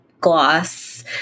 gloss